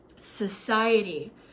society